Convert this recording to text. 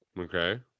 Okay